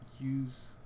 use